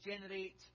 generate